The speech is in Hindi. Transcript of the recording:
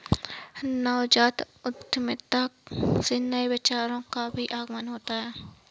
नवजात उद्यमिता से नए विचारों का भी आगमन होता है